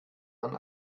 man